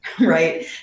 right